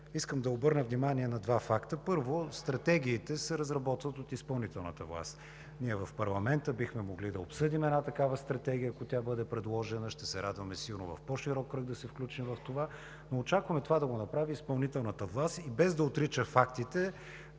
Искам да обърна внимание на два факта. Първо, стратегиите се разработват от изпълнителната власт. Ние в парламента бихме могли да обсъдим една такава стратегия, ако тя бъде предложена. Ще се радваме сигурно в по-широк кръг да се включим, но очакваме това да го направи изпълнителната власт и без да отрича фактите,